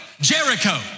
Jericho